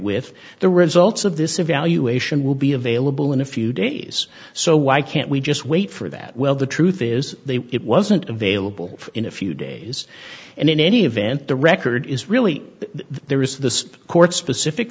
with the results of this evaluation will be available in a few days so why can't we just wait for that well the truth is they it wasn't available in a few days and in any event the record is really that there is this court specific